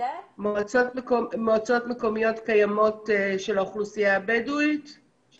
מועצות מקומיות קיימות שמתעסקות עם האוכלוסייה הבדואית?